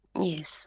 Yes